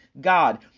God